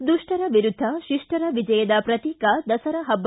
ದುಷ್ಟರ ವಿರುದ್ದ ಶಿಷ್ಟರ ವಿಜಯದ ಪ್ರತೀಕ ದಸರಾ ಪಬ್ಲ